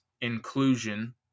inclusion